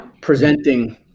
presenting